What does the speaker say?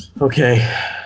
Okay